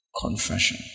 Confession